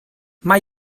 mae